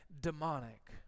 demonic